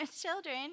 children